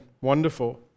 wonderful